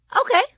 Okay